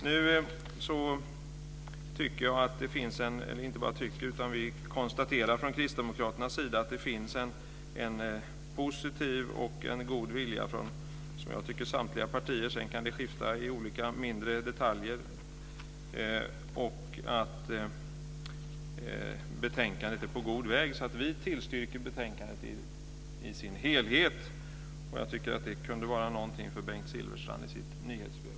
Nu konstaterar vi från kristdemokraternas sida att det finns en positiv och god vilja från samtliga partier - det kan skifta i olika mindre detaljer - och att betänkandet är på god väg. Vi tillstyrker alltså betänkandets förslag i dess helhet. Det tycker jag också kunde vara någonting för Bengt Silfverstrands nyhetsbrev.